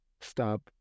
stop